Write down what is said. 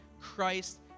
Christ